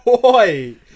Boy